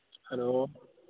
hello